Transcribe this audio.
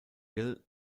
hill